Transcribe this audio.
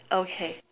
okay